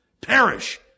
perish